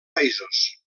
països